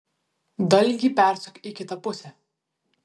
dalgį persuk į kitą pusę